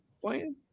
playing